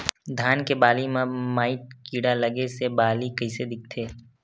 धान के बालि म माईट कीड़ा लगे से बालि कइसे दिखथे?